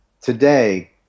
today